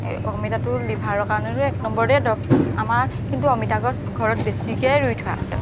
এই অমিতাটো লিভাৰৰ কাৰণে এক নম্বৰতেই দৰৱ আমাৰ কিন্তু অমিতা গছ ঘৰত বেছিকৈ ৰুই থোৱা আছে